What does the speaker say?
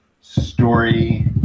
story